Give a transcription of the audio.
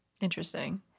interesting